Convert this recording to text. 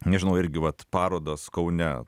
nežinau irgi vat parodos kaune